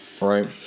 Right